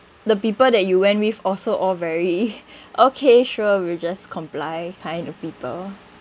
the people that you went with also all very okay sure we'll just comply kind of people